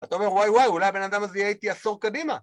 אתה אומר וואי וואי אולי הבן אדם הזה יהיה איתי עשור קדימה